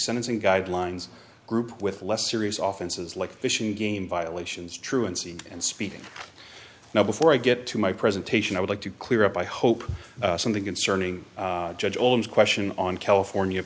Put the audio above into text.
sentencing guidelines group with less serious offices like fish and game violations truancy and speeding now before i get to my presentation i would like to clear up i hope something concerning judge all in question on california